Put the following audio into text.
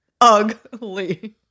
ugly